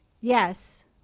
yes